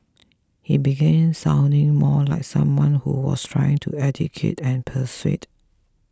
he began sounding more like someone who was trying to educate and persuade